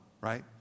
right